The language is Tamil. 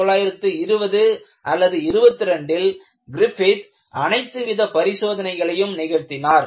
1920 அல்லது 22 ல் கிரிஃபித் அனைத்துவித பரிசோதனைகளையும் நிகழ்த்தினார்